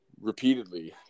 repeatedly